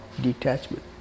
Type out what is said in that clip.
detachment